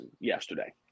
yesterday